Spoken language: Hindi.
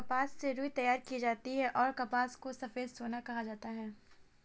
कपास से रुई तैयार की जाती हैंऔर कपास को सफेद सोना कहा जाता हैं